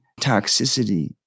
toxicity